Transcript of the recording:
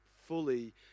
fully